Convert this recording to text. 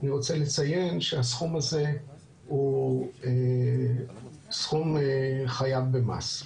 אני רוצה לציין שהסכום הזה הוא סכום חייב במס.